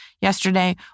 yesterday